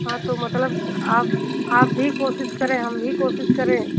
हाँ तो मतलब आप आप भी कोशिश करें हम भी कोशिश करें